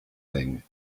thing